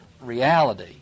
reality